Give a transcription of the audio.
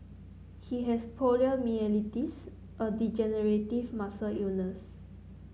he has poliomyelitis a degenerative muscle illness